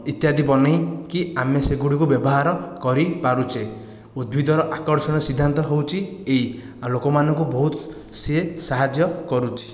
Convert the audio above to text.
ଇତ୍ୟାଦି ବନାଇକି ଆମେ ସେଗୁଡ଼ିକୁ ବ୍ୟବହାର କରି ପାରୁଛେ ଉଦ୍ଭିଦର ଆକର୍ଷଣ ସିଦ୍ଧାନ୍ତ ହେଉଛି ଏହି ଆଉ ଲୋକମାନଙ୍କୁ ବହୁତ ସିଏ ସାହାଯ୍ୟ କରୁଛି